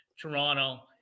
Toronto